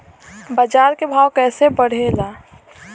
बाजार के भाव कैसे बढ़े ला?